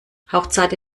hauchzarte